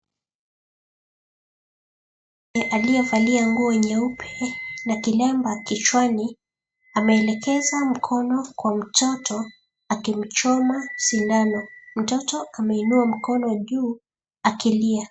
Aliyevalia nguo nyeupe na kilemba kichwani, ameelekeza mkono kwa mtoto akimchoma sindano. Mtoto ameinua mkono juu akilia.